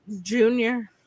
Junior